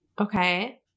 Okay